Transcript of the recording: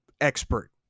expert